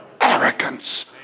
arrogance